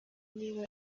niba